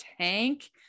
tank